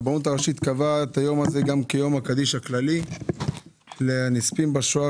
הרבנות הראשית קבעה את היום הזה גם כיום הקדיש הכללי לנספים בשואה